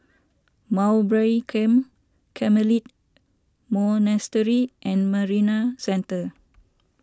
Mowbray Camp Carmelite Monastery and Marina Centre